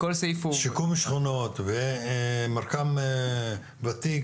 שיקום שכונות ומרקם ותיק,